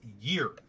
year